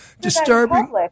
Disturbing